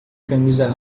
camisa